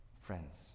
friends